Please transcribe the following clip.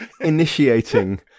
initiating